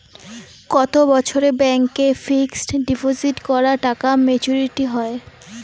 কত বছরে ব্যাংক এ ফিক্সড ডিপোজিট করা টাকা মেচুউরিটি হয়?